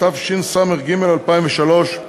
התשס"ג 2003,